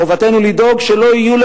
חובתנו לדאוג שלא יהיו,